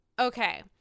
Okay